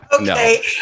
Okay